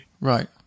right